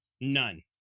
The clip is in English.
None